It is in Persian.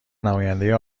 نماینده